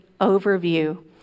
overview